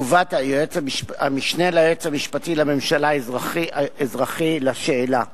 תגובת המשנה ליועץ המשפטי לממשלה (אזרחי) על השאלה הדחופה: